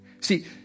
See